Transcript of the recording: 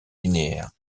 linéaires